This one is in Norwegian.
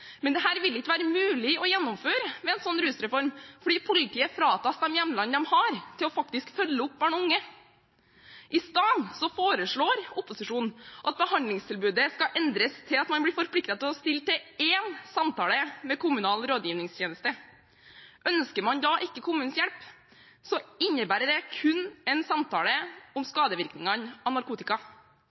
vil ikke være mulig å gjennomføre med sånn rusreform, fordi politiet fratas de hjemlene de har til faktisk å følge opp barn og unge. Isteden foreslår opposisjonen at behandlingstilbudet skal endres til at man blir forpliktet til å stille til én samtale med kommunal rådgivningstjeneste. Ønsker man da ikke kommunens hjelp, innebærer det kun en samtale om skadevirkningene av narkotika.